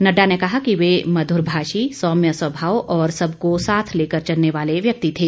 नड्डा ने कहा कि वे मधुरभाषी सौम्य स्वभाव और सबको साथ लेकर चलने वाले व्यक्ति थे